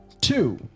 two